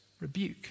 rebuke